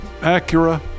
Acura